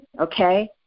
okay